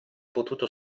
potuto